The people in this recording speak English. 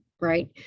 right